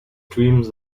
dreams